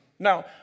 Now